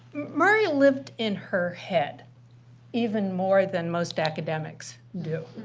murray lived in her head even more than most academics do.